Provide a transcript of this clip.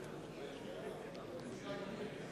מצביעה